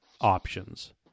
options